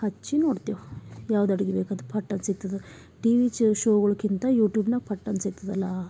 ಹಚ್ಚಿ ನೋಡ್ತೇವು ಯಾವ್ದು ಅಡುಗಿ ಬೇಕದ ಪಟ್ಟಂತ ಸಿಗ್ತದ ಟಿ ವಿ ಚ ಶೋಗಳ್ಕಿಂತ ಯೂಟ್ಯೂಬ್ನಾಗ ಪಟ್ಟಂತ ಸಿಕ್ತದಲಾ